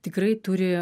tikrai turi